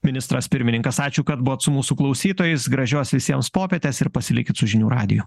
ministras pirmininkas ačiū kad buvot su mūsų klausytojais gražios visiems popietės ir pasilikit su žinių radiju